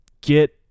get